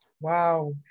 Wow